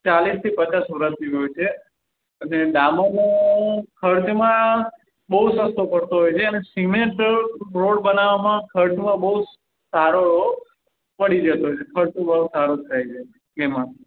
ચાલીસથી પચાસ વર્ષની હોય છે અને ડામરનો ખર્ચમાં બહુ સસ્તો પડતો હોય છે અને સિમેન્ટ રોડ બનાવવામાં ખર્ચો બહુ સારો એવો પડી જતો હોય છે ખર્ચો બહુ સારો થાય છે એમાં